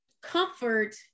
comfort